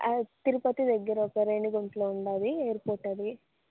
తిరుపతి దగ్గర ఒక రేణిగుంటలో ఉంది ఎయిర్పోర్ట్ అది